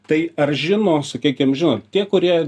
tai ar žino sakykim žinot tie kurie